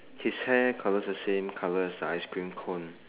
his hair colour is the same colour as the ice cream cone